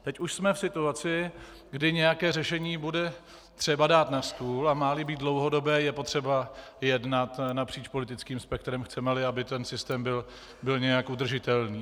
Teď už jsme v situaci, kdy nějaké řešení bude třeba dát na stůl, a máli být dlouhodobé, je potřeba jednat napříč politickým spektrem, chcemeli, aby ten systém byl nějak udržitelný.